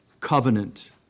covenant